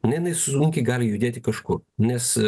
na jinai sunkiai gali judėti kažkur nes